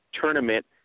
tournament